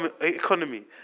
Economy